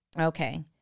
okay